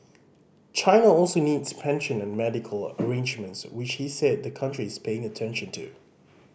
China also needs pension and medical arrangements which he said the country is paying attention to